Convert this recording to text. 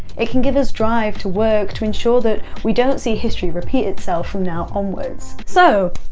it can give us drive to work to ensure that we don't see history repeat itself from now onwards. so!